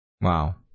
Wow